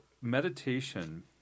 meditation